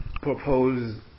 propose